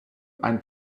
ein